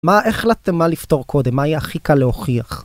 מה? איך החלטת מה לפתור קודם? מה יהיה הכי קל להוכיח?